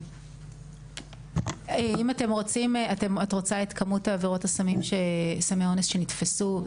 את רוצה את כמות סמי אונס שנתפסו?